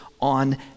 on